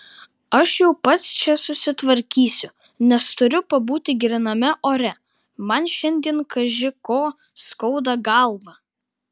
aš jau pats čia susitvarkysiu nes turiu pabūti gryname ore man šiandien kaži ko skauda galvą